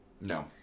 No